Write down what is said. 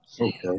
Okay